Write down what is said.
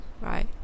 right